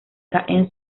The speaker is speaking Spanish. caen